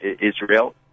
Israel